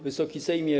Wysoki Sejmie!